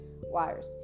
wires